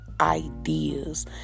ideas